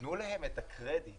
תנו להם את הקרדיט